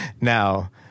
now